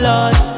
Lord